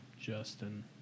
Justin